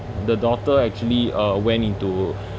the daughter actually uh went into